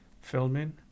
filming